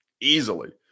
Easily